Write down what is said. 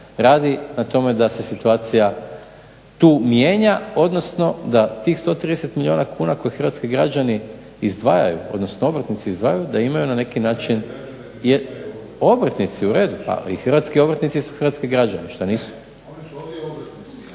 radi na tome da se situacija tu mijenja, odnosno da tih 130 milijuna kuna koje hrvatski građani izdvajaju, odnosno obrtnici izdvajaju da imaju na neki način. Obrtnici, u redu. Ali hrvatski obrtnici su hrvatski građani. Šta nisu? …/Upadica